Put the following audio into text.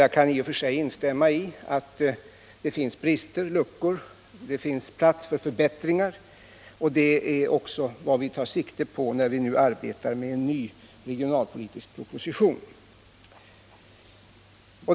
Jag kan i och för sig instämma i att det finns luckor och plats för förbättringar, och det är också vad vi tar sikte på när vi nu arbetar med en ny regionalpolitisk proposition.